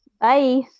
bye